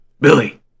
Billy